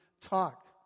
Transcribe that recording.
talk